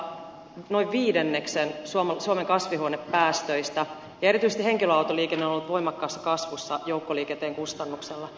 liikenne aiheuttaa noin viidenneksen suomen kasvihuonepäästöistä ja erityisesti henkilöautoliikenne on ollut voimakkaassa kasvussa joukkoliikenteen kustannuksella